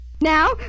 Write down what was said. Now